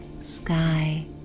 sky